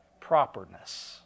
properness